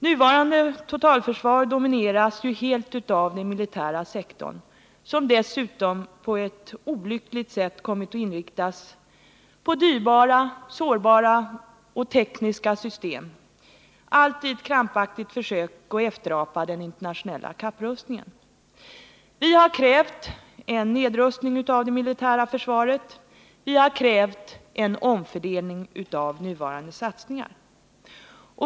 Nuvarande totalförsvar domineras helt av den militära sektorn, som dessutom på ett olyckligt sätt kommit att inriktas på dyrbara, sårbara och tekniska system; det rör sig alltid om krampaktiga försök att efterapa den internationella kapprustningen. Vi har krävt en nedrustning av det militära försvaret, och vi har krävt en omfördelning av nuvarande satsningar.